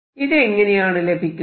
ഇത് എങ്ങനെയാണ് ലഭിക്കുന്നത്